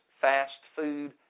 fast-food